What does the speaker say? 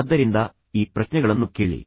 ಆದ್ದರಿಂದ ಈ ಪ್ರಶ್ನೆಗಳನ್ನು ಕೇಳಿ